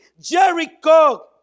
Jericho